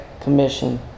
Commission